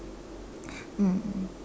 mm